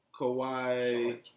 Kawhi